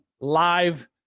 live